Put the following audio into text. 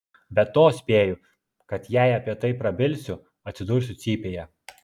be to spėju kad jei apie tai prabilsiu atsidursiu cypėje